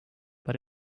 but